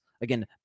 Again